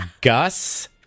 Gus